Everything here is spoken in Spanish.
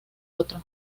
otro